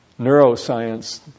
neuroscience